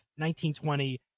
1920